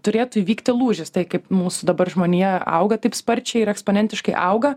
turėtų įvykti lūžis tai kaip mūsų dabar žmonija auga taip sparčiai ir eksponentiškai auga